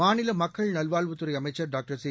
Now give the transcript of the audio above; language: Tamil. மாநில மக்கள் நல்வாழ்வுத்துறை அமைச்சர் டாக்டர் சி